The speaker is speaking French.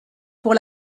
pour